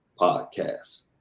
Podcast